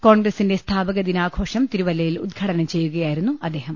കോൺഗ്രസിന്റെ സ്ഥാപക ദിനാഘോഷം തിരുവല്ലയിൽ ഉദ്ഘാടനം ചെയ്യുകയായിരുന്നു അദ്ദേഹം